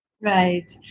Right